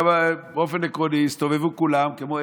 באופן עקרוני הסתובבו כולם כמו,